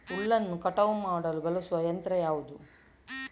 ಹುಲ್ಲನ್ನು ಕಟಾವು ಮಾಡಲು ಬಳಸುವ ಯಂತ್ರ ಯಾವುದು?